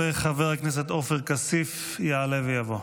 חבר הכנסת עופר כסיף יעלה ויבוא.